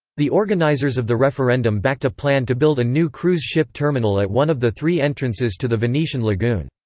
the organizers of the referendum backed a plan to build a new cruise ship terminal at one of the three entrances to the venetian lagoon.